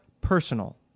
personal